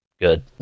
good